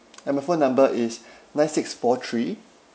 and my phone number is nine six four three